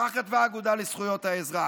כך כתבה האגודה לזכויות האזרח.